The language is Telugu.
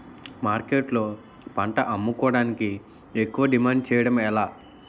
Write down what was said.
మార్కెట్లో పంట అమ్ముకోడానికి ఎక్కువ డిమాండ్ చేయడం ఎలా?